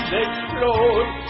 explode